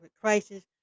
crisis